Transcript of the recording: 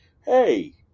hey